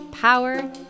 power